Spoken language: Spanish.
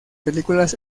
películas